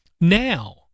now